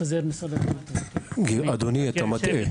החזר משרד --- אדוני, אתה מטעה.